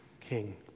King